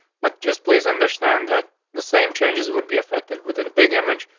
but just please understand that the same changes would be affected within a big image.